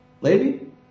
Lady